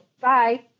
Bye